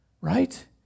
Right